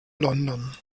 london